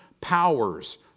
powers